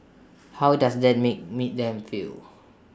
how does that make me them feel